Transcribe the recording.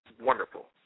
wonderful